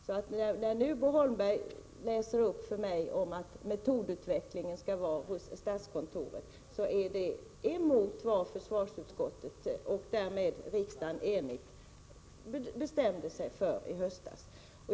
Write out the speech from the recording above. Det som Bo Holmberg här läser upp för mig om att metodutvecklingen skall ske hos statskontoret är emot vad försvarsutskottet och riksdagen enigt bestämde sig för i höstas.